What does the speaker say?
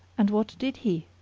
and what did he?